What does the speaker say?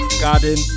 garden